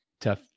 tough